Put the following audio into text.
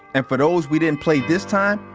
and for those we didn't play this time.